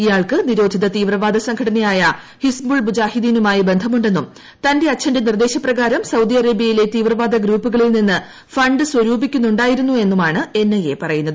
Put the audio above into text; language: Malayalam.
ഇയാൾക്ക് ക്ര്നിരോധിത തീവ്രവാദ സംഘടനയായ ഹിസ്ബുൾ മുജാഹുദ്ദീന്റുമാ്യി ബന്ധമുണ്ടെന്നും തന്റെ അച്ഛന്റെ നിർദ്ദേശപ്രക്കാരും സൌദി അറേബൃയിലെ തീവ്രവാദ ഗ്രൂപ്പുകളിൽ നിന്ന് ഫീണ്ട് സ്വരൂപീക്കന്നുണ്ടായിരുന്നു എന്നുമാണ് എൻഐഎ പറയുന്നത്